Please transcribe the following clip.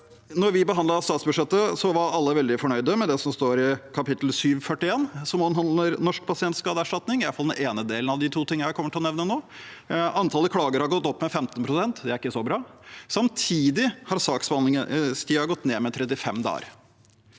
Da vi behandlet statsbudsjettet, var alle veldig fornøyd med det som står i kapittel 741, som omhandler Norsk pasientskadeerstatning, i hvert fall den ene delen av de to tingene jeg kommer til å nevne nå. Antallet klager har gått opp med 15 pst. Det er ikke så bra. Samtidig har saksbehandlingstiden gått ned med 35 dager.